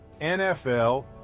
NFL